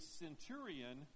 centurion